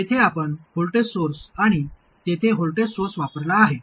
येथे आपण voltage source आणि तेथे व्होल्टेज सोर्स वापरला आहे